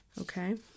okay